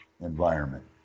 environment